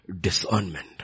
discernment